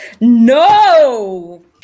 No